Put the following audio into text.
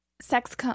sex –